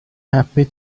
happy